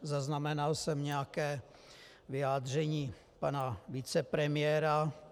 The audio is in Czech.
Zaznamenal jsem nějaké vyjádření pana vicepremiéra.